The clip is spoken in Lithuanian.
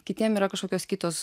kitiem yra kažkokios kitos